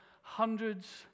hundreds